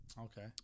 Okay